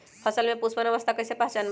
फसल में पुष्पन अवस्था कईसे पहचान बई?